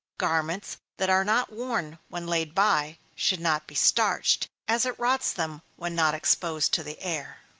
garments that are not worn, when laid by, should not be starched, as it rots them when not exposed to the air.